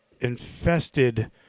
infested